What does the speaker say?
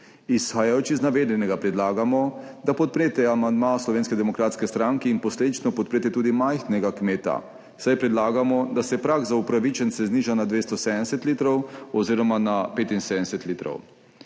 Izhajajoč iz navedenega predlagamo, da podprete amandma Slovenske demokratske stranke in posledično podprete tudi majhnega kmeta, saj predlagamo, da se prag za upravičence zniža na 270 litrov oziroma na 75 litrov.